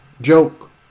Joke